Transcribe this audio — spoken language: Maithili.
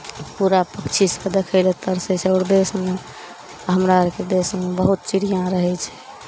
पूरा पक्षी सभ देखय लए तरसै छै आओर देशमे हमरा आरके देशमे बहुत चिड़ियाँ रहै छै